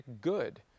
good